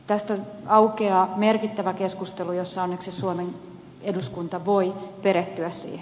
tästä aukeaa merkittävä keskustelu ja onneksi suomen eduskunta voi perehtyä siihen